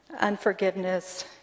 unforgiveness